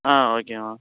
ஆ ஓகேம்மா